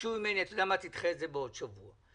ביקשו ממני לדחות את זה בעוד שבוע,